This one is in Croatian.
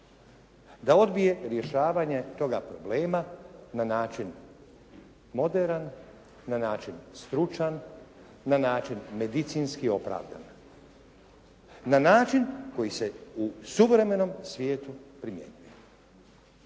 da odbije rješavanje toga problema na način moderan, na način stručan, na način medicinski opravdan, na način koji se u suvremenom svijetu primjenjuje.